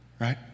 right